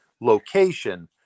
location